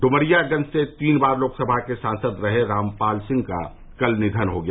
डुमरियागंज से तीन बार लोकसभा के सांसद रहे रामपाल सिंह का कल निधन हो गया